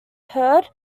heard